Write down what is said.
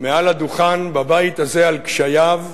מעל הדוכן בבית הזה, על קשייו,